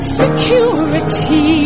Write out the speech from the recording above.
security